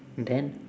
then